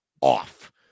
off